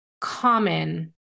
common